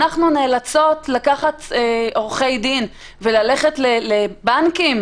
נציג לשכת עורכי הדין, פנחס מיכאלי, בבקשה.